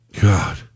God